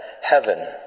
heaven